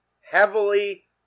heavily